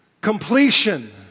Completion